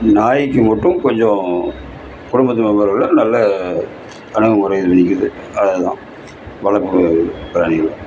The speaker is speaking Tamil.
நாய்க்கு மட்டும் கொஞ்சம் குடும்பத்தில் உள்ளவர்களை நல்லா அணுகுமுறையில் நிற்கிது அது தான் வளர்ப்பு பிராணிகள்